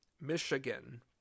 Michigan